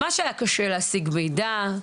ממש היה קשה להשיג מידע.